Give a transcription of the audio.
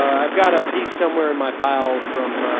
i've got a p somewhere my pile from ah.